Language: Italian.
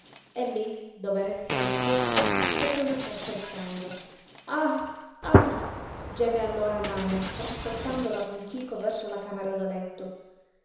e lí dov'era il fianco si scopre una chiazza di sangue ah ah geme allora nane trasportandola con chico verso la camera da letto